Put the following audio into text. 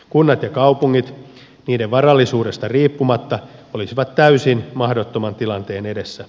kunnat ja kaupungit niiden varallisuudesta riippumatta olisivat täysin mahdottoman tilanteen edessä